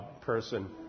person